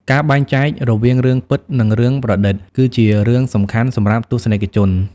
ការបែងចែករវាងរឿងពិតនិងរឿងប្រឌិតគឺជារឿងសំខាន់សម្រាប់ទស្សនិកជន។